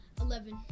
Eleven